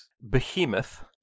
behemoth